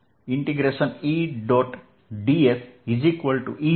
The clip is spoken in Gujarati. E